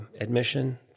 admission